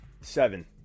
seven